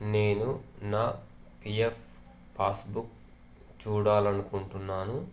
నేను నా PF passbook చూడాలనుకుంటున్నాను